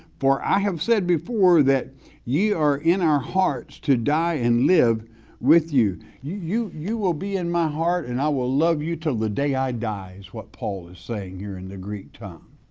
for i have said before that ye are in our hearts to die and live with you. you you will be in my heart and i will love you till the day i die, is what paul is saying here in the greek tongue.